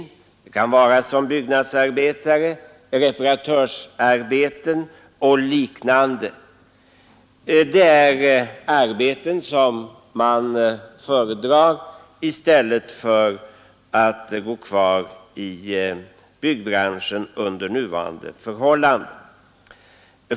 Det kan gälla byggnadsarbeten där, reparatörsarbeten och liknande. Det är arbetsuppgifter som man föredrar framför att gå kvar i byggbranschen under nuvarande förhållanden.